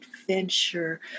adventure